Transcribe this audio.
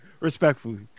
Respectfully